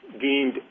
deemed